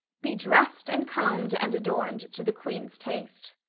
be dressed and combed and adorned to the queen's taste.